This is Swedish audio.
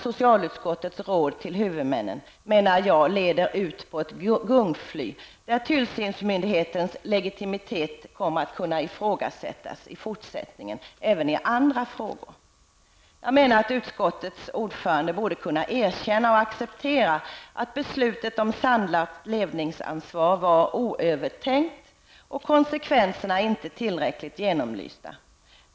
Socialutskottets råd till huvudmännen menar jag leder ut på ett gungfly, där tillsyningsmyndighetens legitimitet kommer att kunna ifrågasättas i fortsättningen även i andra frågor. Jag menar att utskottets ordförande borde kunna erkänna och acceptera att beslutet om samlat ledningsansvar var oöverlagt och konsekvenserna inte tillräckligt genomlysta.